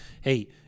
hey –